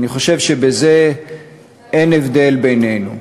אני חושב שבזה אין הבדל בינינו.